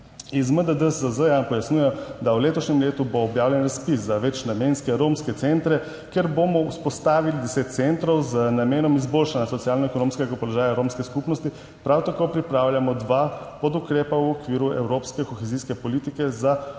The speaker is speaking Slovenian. Iz MDDSZ pojasnjujejo, da bo v letošnjem letu objavljen razpis za večnamenske romske centre, kjer bomo vzpostavili deset centrov z namenom izboljšanja socialno-ekonomskega položaja romske skupnosti. Prav tako pripravljamo dva podukrepa v okviru evropske kohezijske politike za posodobitev